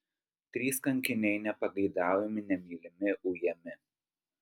trys kankiniai nepageidaujami nemylimi ujami